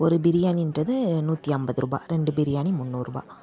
ஒரு பிரியாணின்றது நூற்றி ஐம்பது ரூபா ரெண்டு பிரியாணி முன்னூறுபாய்